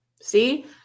see